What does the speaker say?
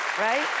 Right